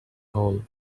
hole